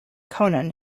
conan